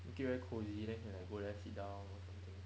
make it very cosy then you can like go there sit down or something